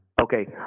Okay